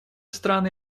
страны